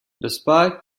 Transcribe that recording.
despite